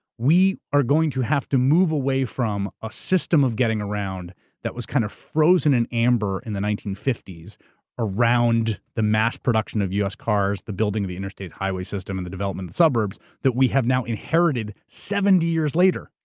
we are going to have to move away from a system of getting around that was kind of frozen in amber in the nineteen fifty s around the mass production of u. s. cars, the building of the interstate highway system and the development of suburbs, that we have now inherited seventy years later.